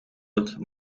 het